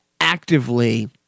actively